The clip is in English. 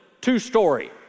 two-story